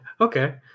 Okay